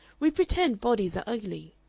we pretend bodies are ugly.